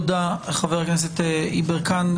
תודה, חבר הכנסת יברקן.